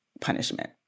punishment